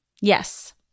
Yes